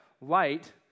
light